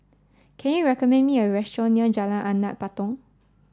can you recommend me a restaurant near Jalan Anak Patong